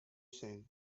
said